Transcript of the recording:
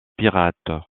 pirates